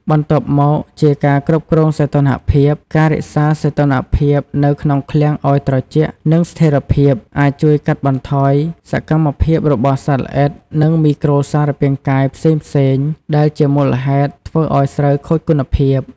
បន្ទាប់មកជាការគ្រប់គ្រងសីតុណ្ហភាព ការរក្សាសីតុណ្ហភាពនៅក្នុងឃ្លាំងឲ្យត្រជាក់ និងស្ថិរភាព អាចជួយកាត់បន្ថយសកម្មភាពរបស់សត្វល្អិត និងមីក្រូសារពាង្គកាយផ្សេងៗ ដែលជាមូលហេតុធ្វើឲ្យស្រូវខូចគុណភាព។